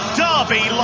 derby